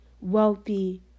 wealthy